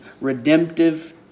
redemptive